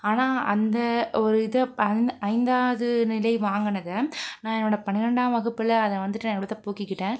ஆனால் அந்த ஒரு இதை அந்த ஐந்தாவது நிலை வாங்கினத நான் என்னோட பனிரெண்டாம் வகுப்பில் அதை வந்துட்டு நான் என்னோடதை போக்கிக்கிட்டேன்